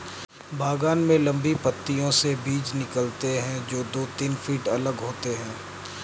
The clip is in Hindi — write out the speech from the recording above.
बागान में लंबी पंक्तियों से बीज निकालते है, जो दो तीन फीट अलग होते हैं